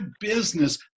business